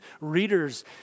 readers